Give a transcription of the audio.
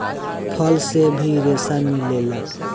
फल से भी रेसा मिलेला